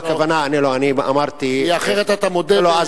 הכוונה, אני אמרתי, כי אחרת אתה מודה, לא.